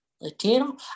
Latino